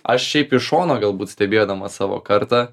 aš šiaip iš šono galbūt stebėdamas savo kartą